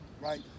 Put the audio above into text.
right